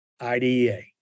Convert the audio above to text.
IDEA